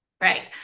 Right